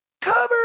Cover